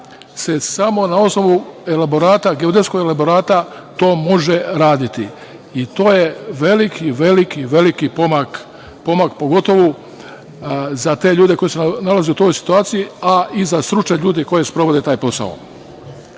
se samo na osnovu geodetskog elaborata to može raditi, i to je veliki, veliki pomak, pogotovo za te ljude koji se nalaze u toj situaciji, a i za stručne ljude koji sprovode taj posao. Nešto